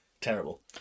terrible